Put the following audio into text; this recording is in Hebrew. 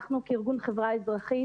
אנחנו כארגון חברה אזרחית,